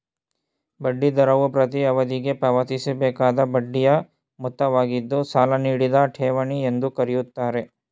ಬಡ್ಡಿ ದರವು ಪ್ರತೀ ಅವಧಿಗೆ ಪಾವತಿಸಬೇಕಾದ ಬಡ್ಡಿಯ ಮೊತ್ತವಾಗಿದ್ದು ಸಾಲ ನೀಡಿದ ಠೇವಣಿ ಎಂದು ಕರೆಯುತ್ತಾರೆ